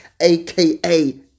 aka